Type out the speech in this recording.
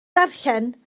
darllen